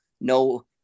No